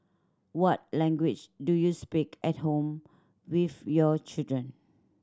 what language do you speak at home with your children